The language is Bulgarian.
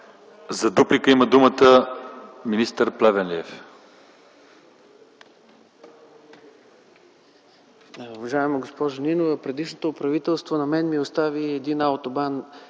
За дуплика има думата министър Плевнелиев.